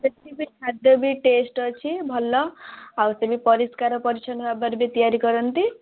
ସେଠିବି ଖାଦ୍ୟ ବି ଟେଷ୍ଟ ଅଛି ଭଲ ଆଉ ସଇଠି ପରିଷ୍କାର ପରିଚ୍ଛନ୍ନ ଭାବରେ ବି ତିଆରି କରନ୍ତି